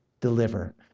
deliver